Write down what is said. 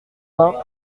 vingt